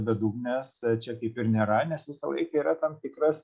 bedugnės čia kaip ir nėra nes visą laiką yra tam tikras